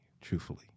truthfully